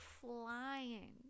flying